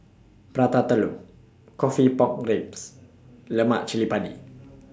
Prata Telur Coffee Pork Ribs Lemak Cili Padi